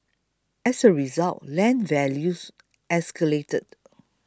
as a result land values escalated